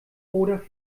oder